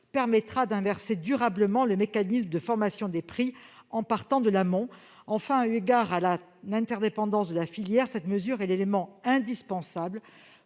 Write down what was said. permettra d'inverser durablement le mécanisme de formation des prix en partant de l'amont. Enfin, eu égard à l'interdépendance de la filière, cette mesure est l'élément indispensable